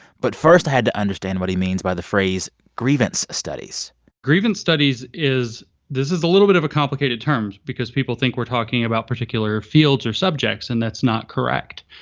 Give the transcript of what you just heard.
but first, i had to understand what he means by the phrase grievance studies grievance studies is this is a little bit of a complicated term because people think we're talking about particular fields or subjects. and that's not correct.